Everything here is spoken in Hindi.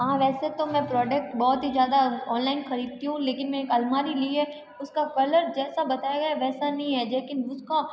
हाँ वैसे तो मैं प्रोडक्ट बहुत ही ज़्यादा ऑनलाइन खरीदती हूँ लेकिन मैंने एक अलमारी ली है उसका कलर जैसा बताया गया है वैसा नहीं है जो की मुझको